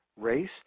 race